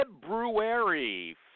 February